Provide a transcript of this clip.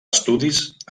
estudis